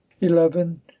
eleven